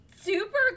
super